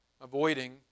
avoiding